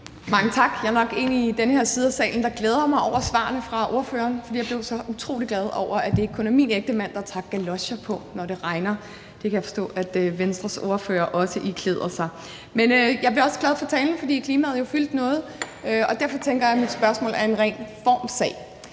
Mange tak. Jeg er nok den i den her side af salen, der glæder mig mest over svarene fra ordføreren, for jeg blev så utrolig glad over, at det ikke kun er min ægtemand, der tager galocher på, når det regner. Det kan jeg forstå at Venstres ordfører også iklæder sig. Men jeg blev også glad for talen, fordi klimaet jo fyldte noget. Derfor tænker jeg, at mit spørgsmål er en ren formssag.